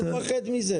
לא לפחד מזה.